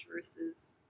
versus